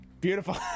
Beautiful